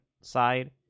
side